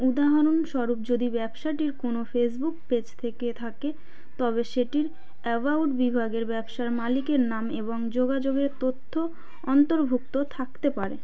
উদাহরণস্বরূপ যদি ব্যবসাটির কোনো ফেসবুক পেজ থেকে থাকে তবে সেটির অ্যাবাউট বিভাগের ব্যবসার মালিকের নাম এবং যোগাযোগের তথ্য অন্তর্ভুক্ত থাকতে পারে